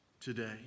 today